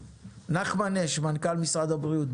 נחמן אש, מנכ"ל משרד הבריאות,